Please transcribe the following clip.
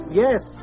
yes